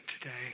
today